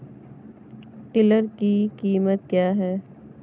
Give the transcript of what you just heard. Tiller की कीमत क्या है?